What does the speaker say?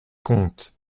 conte